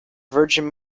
virgin